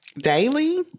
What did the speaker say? Daily